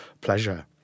pleasure